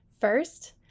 First